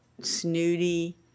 snooty